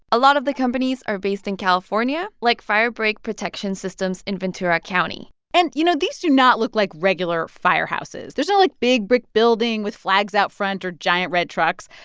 a lot of the companies are based in california, like fire break protection systems in ventura county and, you know, these do not look like regular firehouses. there's no, like, big brick building with flags out front or giant red trucks.